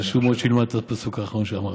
חשוב מאוד שילמד את הפסוק האחרון שאמרת.